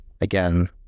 again